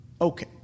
Okay